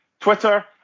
Twitter